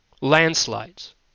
landslides